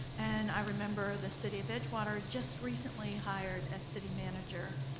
and i remember the city of edgewater just recently hired a city manager